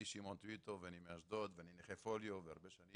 אני נכה פוליו הרבה שנים